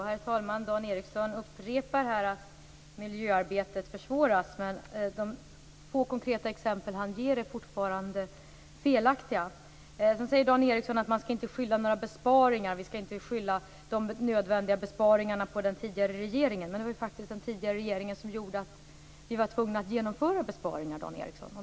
Herr talman! Dan Ericsson upprepar här att miljöarbetet försvåras. Men de få konkreta exempel som han ger är fortfarande felaktiga. Sedan säger Dan Ericsson att man inte skall skylla de nödvändiga besparingarna på den tidigare regeringen. Det var faktiskt den som gjorde att vi var tvungna att genomföra besparingar, Dan Ericsson.